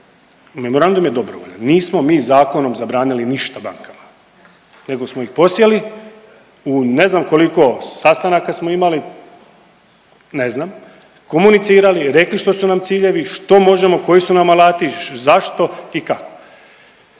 Memorandum je dobrovoljan, nismo mi zakonom zabranili ništa bankama nego smo ih posjeli u ne znam koliko sastanaka smo imali ne znam, komunicirali, rekli što su nam ciljevi, što možemo, koji su nam alati, zašto i kako.